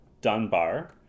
Dunbar